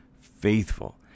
faithful